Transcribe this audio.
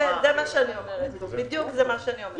כן, זה בדיוק מה שאני אומרת.